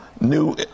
New